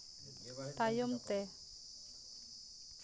ᱛᱟᱭᱚᱢᱛᱮ